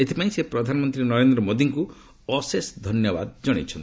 ଏଥିପାଇଁ ସେ ପ୍ରଧାନମନ୍ତ୍ରୀ ନରେନ୍ଦ୍ର ମୋଦୀଙ୍କୁ ଅଶେଷ ଧନ୍ୟବାଦ ଜଣାଇଛନ୍ତି